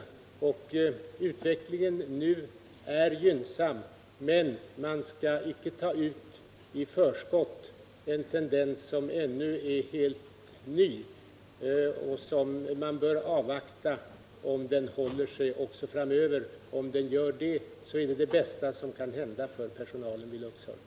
Utvecklingen nu är gynnsam. Men man skall icke i förskott ta ut glädjen över en tendens som ännu är helt ny. Man bör avvakta om den håller i sig också framöver. Om den gör det, är det det bästa som kan hända för personalen vid Luxor.